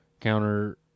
counter